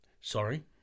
Sorry